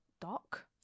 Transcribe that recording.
doc